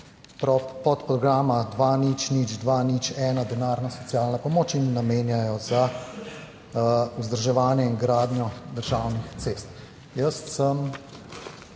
podprograma 200201 denarno socialna pomoč in namenjajo za vzdrževanje in gradnjo državnih cest. Jaz sem,